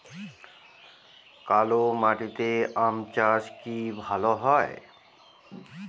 কালো মাটিতে আম চাষ কি ভালো হয়?